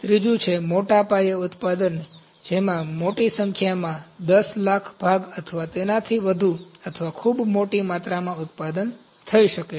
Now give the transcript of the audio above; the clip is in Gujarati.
ત્રીજું છે મોટા પાયે ઉત્પાદન જેમાં મોટી સંખ્યામાં 10 લાખ ભાગ અથવા તેનાથી વધુ અથવા ખૂબ મોટી માત્રામાં ઉત્પાદન થઈ શકે છે